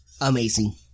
amazing